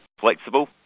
flexible